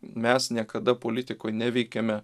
mes niekada politikų neveikiame